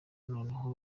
noneho